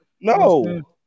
No